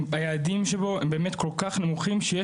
היעדים שבו הם באמת נמוכים כול כך שיש